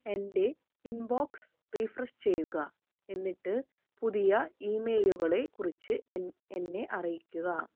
എന്റെ inbox refresh ചെയ്യുക എന്നിട്ട് പുതിയ ഇമെയിലുകളെ കുറിച്ച് എന്നെ അറിയിക്കുക